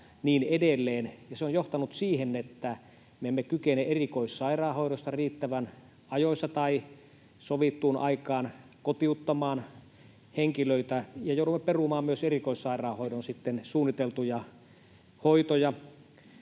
se on johtanut siihen, että me emme kykene erikoissairaanhoidosta riittävän ajoissa tai sovittuun aikaan kotiuttamaan henkilöitä ja joudumme perumaan myös erikoissairaanhoidon suunniteltuja hoitoja.